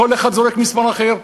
כל אחד זורק מספר אחר.